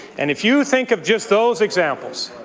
and if you think of just those examples,